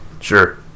Sure